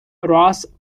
ross